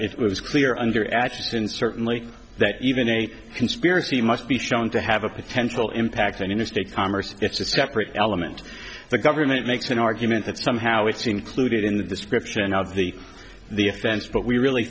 it was clear under ashton certainly that even a conspiracy must be shown to have a potential impact on interstate commerce it's a separate element the government makes an argument that somehow it's included in the description of the the offense but we really